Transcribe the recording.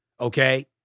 okay